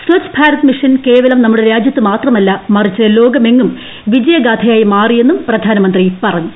Swachh Bharat mission കേവലം നമ്മുടെ രാജ്യത്ത് മാത്രമല്ല മറിച്ച് ലോക മെങ്ങും വിജയഗാഥയായി മാറിയെന്നും പ്രധാനമന്ത്രി പറഞ്ഞു